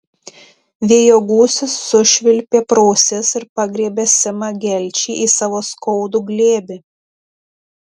vėjo gūsis sušvilpė pro ausis ir pagriebė simą gelčį į savo skaudų glėbį